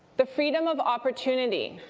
the freedom of opportunity,